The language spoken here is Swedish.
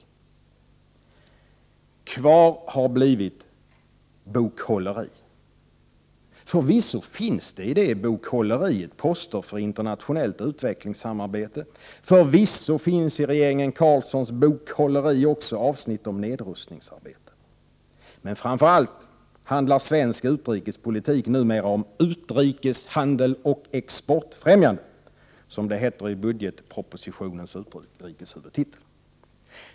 Kvar har blivit bokhålleri. Förvisso finns i det bokhålleriet poster för internationellt utvecklingssamarbete. Förvisso finns i regeringen Carlssons bokhålleri också avsnitt om nedrustningsarbete. Men framför allt handlar svensk utrikespolitik numera om ”Utrikeshandel och exportfrämjande” — som det heter i budgetpropositionens utrikeshuvudtitel.